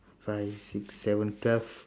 five six seven twelve